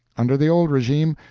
under the old regime,